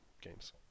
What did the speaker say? games